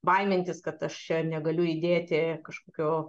baimintis kad aš čia negaliu įdėti kažkokio